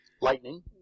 Lightning